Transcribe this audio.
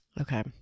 okay